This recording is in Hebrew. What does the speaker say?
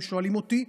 אם שואלים אותי.